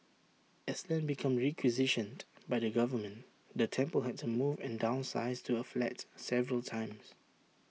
as land became requisitioned by the government the temple had to move and downsize to A flat several times